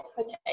Okay